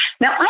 Now